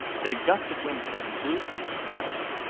then a gust of wind came and blew curdken's hat away,